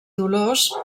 dolors